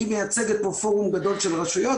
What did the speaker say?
היא מייצגת פה פורום גדול של רשויות,